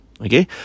okay